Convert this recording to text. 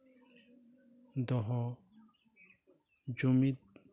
ᱫᱚᱦᱚ ᱡᱩᱢᱤᱫ